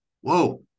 whoa